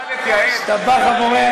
ישתבח הבורא.